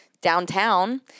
downtown